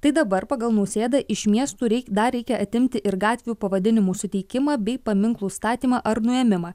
tai dabar pagal nausėdą iš miestų reik dar reikia atimti ir gatvių pavadinimų suteikimą bei paminklų statymą ar nuėmimą